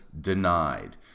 denied